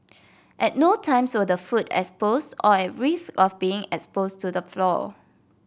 at no times were the food exposed or at risk of being exposed to the floor